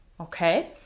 okay